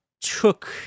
took